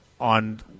on